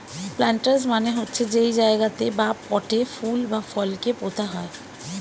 planters মানে হচ্ছে যেই জায়গাতে বা পটে ফুল বা ফল কে পোতা হয়